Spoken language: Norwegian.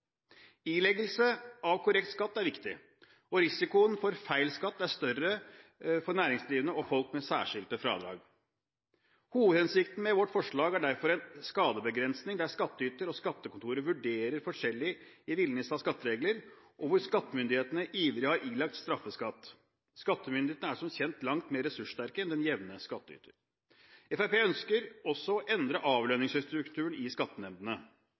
Ileggelse av korrekt skatt er viktig, og risikoen for feil skatt er større for næringsdrivende og folk med særskilte fradrag. Hovedhensikten med vårt forslag er derfor en skadebegrensning der hvor skattyteren og skattekontoret vurderer forskjellig i villniset av skatteregler, og hvor skattemyndighetene ivrig har ilagt straffeskatt. Skattemyndighetene er som kjent langt mer ressurssterke enn den jevne skattyter. Fremskrittspartiet ønsker også å endre avlønningsstrukturen i skattenemndene.